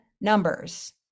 numbers